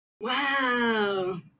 Wow